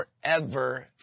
forever